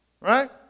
Right